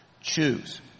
Choose